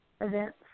events